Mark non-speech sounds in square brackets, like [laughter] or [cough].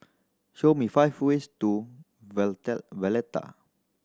show me five ways to [unintelligible] Valletta